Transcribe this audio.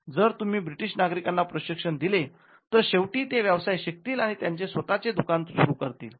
जर तुम्ही ब्रिटिश नागरिकांना प्रशिक्षण दिले तर शेवटी ते व्यवसाय शिकतील आणि त्यांचे स्वतःचे दुकान सुरू करतील